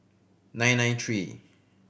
nine nine three